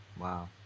Wow